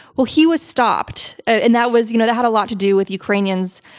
well he was stopped and that was you know that had a lot to do with ukrainians